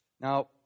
Now